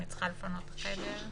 אני צריכהל פנות את החדר.